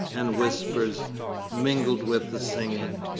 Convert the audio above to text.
and whispers mingled with the singing.